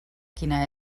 quina